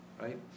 right